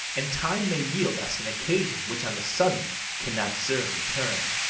and time may yield us an occasion, which on the sudden cannot serve the turn.